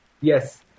Yes